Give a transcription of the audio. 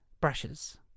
brushes